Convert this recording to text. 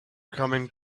coming